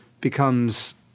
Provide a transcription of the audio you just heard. becomes